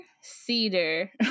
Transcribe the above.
cedar